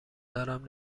دارم